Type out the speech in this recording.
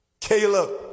Caleb